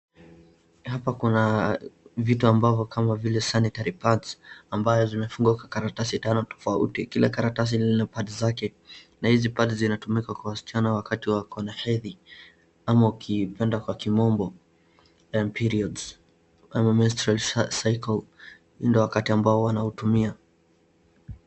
Hapa kuna vitu ambavo kama sanitary pads ambayo zimefungwa kwa karatasi tano tofauti, kila karatasi lina pad zake, hizi pad zinatumika na wasichana wakati wa na hedhi ama ukipenda kwa kimombo periods ama mestrual cycle ndo wakati ambao wanautumia.